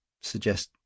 suggest